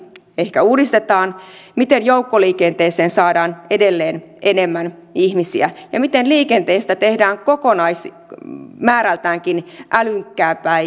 ehkä uudistetaan miten joukkoliikenteeseen saadaan edelleen enemmän ihmisiä miten liikenteestä tehdään kokonaismäärältäänkin älykkäämpää